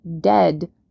dead